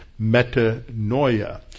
metanoia